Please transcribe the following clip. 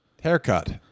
Haircut